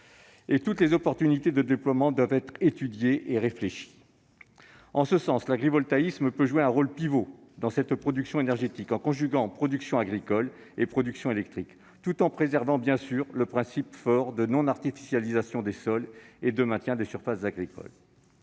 et toutes les possibilités de déploiement doivent être étudiées. En ce sens, l'agrivoltaïsme peut jouer un rôle pivot dans cette production énergétique, en conjuguant production agricole et production électrique, tout en préservant, bien sûr, le principe fort de non-artificialisation des sols et de maintien des surfaces agricoles.